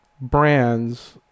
brands